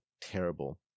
terrible